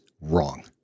wrong